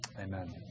Amen